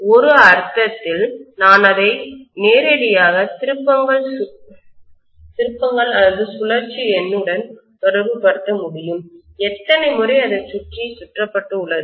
ஒரு அர்த்தத்தில் நான் அதை நேரடியாக திருப்பங்கள்சுழற்சி எண்ணுடன் தொடர்புபடுத்த முடியும் எத்தனை முறை அதைச் சுற்றி சுற்றப்பட்டு உள்ளது